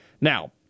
Now